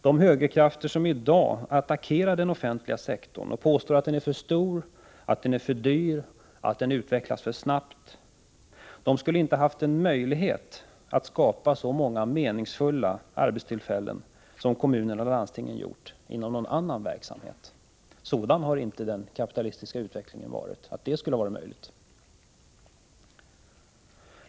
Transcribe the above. De högerkrafter som i dag attackerar den offentliga sektorn och påstår att den är för stor, för dyr och att den utvecklas för snabbt skulle inte haft en möjlighet att skapa så många meningsfulla arbetstillfällen inom någon annan verksamhet som kommunerna och landstingen har gjort. Sådan har inte den kapitalistiska utvecklingen varit att det skulle ha varit möjligt.